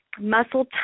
muscle